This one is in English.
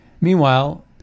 Meanwhile